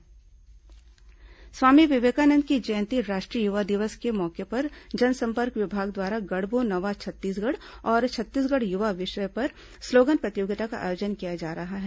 slogan प्रतियोगिता स्वामी विवेकानंद की जयंती राष्ट्रीय युवा दिवस के मौके पर जनसंपर्क विभाग द्वारा गढ़बो नवा छत्तीसगढ़ और छत्तीसगढ़ युवा विषय पर स्लोगन प्रतियोगिता का आयोजन किया जा रहा है